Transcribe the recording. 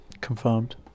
Confirmed